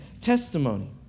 testimony